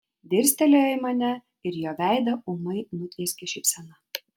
dirstelėjo į mane ir jo veidą ūmai nutvieskė šypsena